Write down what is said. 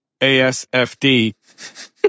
ASFD